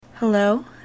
Hello